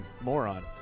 moron